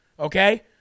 Okay